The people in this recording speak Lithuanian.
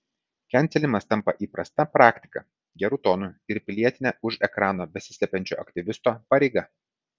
kenselinimas tampa įprasta praktika geru tonu ir pilietine už ekrano besislepiančio aktyvisto pareiga